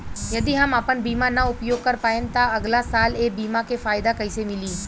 यदि हम आपन बीमा ना उपयोग कर पाएम त अगलासाल ए बीमा के फाइदा कइसे मिली?